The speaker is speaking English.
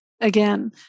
again